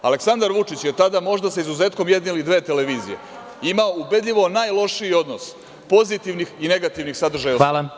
Aleksandar Vučić je tada, možda sa izuzetkom jedne ili dve televizije, imao ubedljivo najlošiji odnos pozitivnih i negativnih sadržaja.